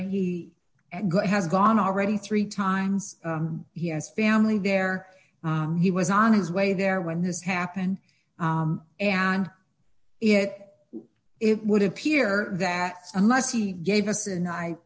he has gone already three times he has family there he was on his way there when this happened and yet it would appear that unless he gave us and i